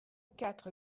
quatre